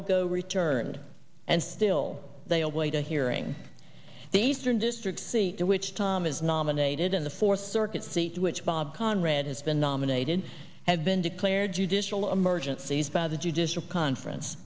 ago returned and still they await a hearing the eastern district seat to which tom is nominated in the fourth circuit seat which bob conrad has been nominated have been declared judicial emergencies by the judicial conference